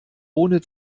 ohne